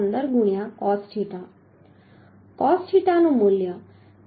15 ગુણ્યા cos theta cos theta નું મૂલ્ય 0